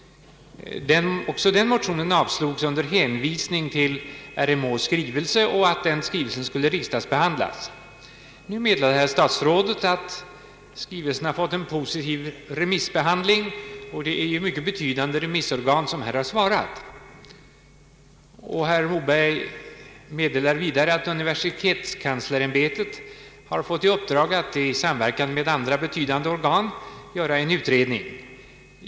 Också den motionen avslogs under hänvisning till RMH:s skrivelse vilken skulle remissbehandlas. Nu meddelar statsrådet Moberg att skrivelsen har fått en positiv remissbehandling, och det är ju mycket betydande remissorgan som har svarat. Statsrådet meddelar vidare att universitetskanslersämbetet har fått i uppdrag att i samverkan med andra betydande organ göra en utredning.